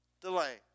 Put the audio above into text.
delay